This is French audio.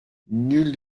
nul